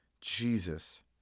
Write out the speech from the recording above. Jesus